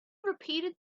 repeated